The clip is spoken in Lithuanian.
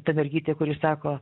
ta mergytė kuri sako